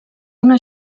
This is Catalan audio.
una